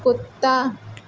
کتا